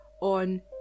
on